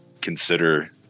consider